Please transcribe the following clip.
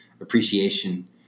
appreciation